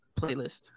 playlist